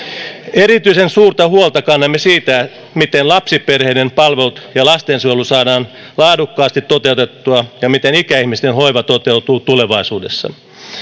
erityisen suurta huolta kannamme siitä miten lapsiperheiden palvelut ja lastensuojelu saadaan laadukkaasti toteutettua ja miten ikäihmisten hoiva toteutuu tulevaisuudessa